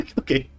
okay